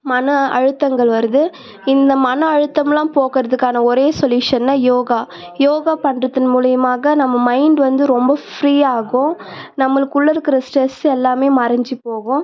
மன அழுத்தங்கள் வருது இந்த மன அழுத்தம்லாம் போக்குறதுக்கான ஒரே சொல்யூஷன்னால் யோகா யோகா பண்ணுறதன் மூலயமாக நம்ம மைண்ட் வந்து ரொம்ப ஃப்ரீ ஆகும் நம்மளுக்குள்ள இருக்கிற ஸ்ட்ரஸ் எல்லாமே மறைஞ்சி போகும்